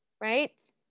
right